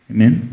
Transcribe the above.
Amen